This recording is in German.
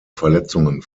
verletzungen